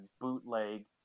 bootleg